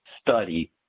study